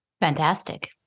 Fantastic